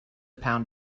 pound